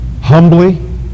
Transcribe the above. humbly